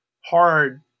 hard